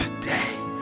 today